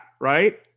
Right